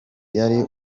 yari